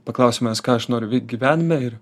paklausė manęs ką aš noriu veikt gyvenime ir